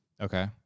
Okay